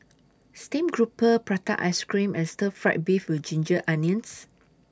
Steamed Grouper Prata Ice Cream and Stir Fry Beef with Ginger Onions